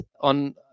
on